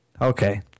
Okay